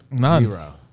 Zero